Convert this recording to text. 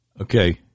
Okay